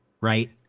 right